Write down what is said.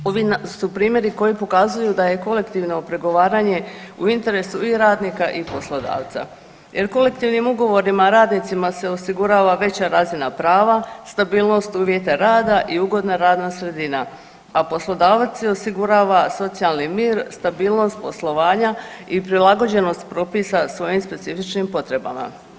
Ovi su primjeri koji pokazuju da je kolektivno pregovaranje u interesu i radnika i poslodavca jer kolektivnim ugovorima radnicima se osigurava veća razina prava, stabilnost uvjeta rada i ugodna radna sredina, a poslodavac si osigurava socijalni mir, stabilnost poslovanja i prilagođenost propisa svojim specifičnim potrebama.